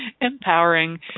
empowering